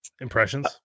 impressions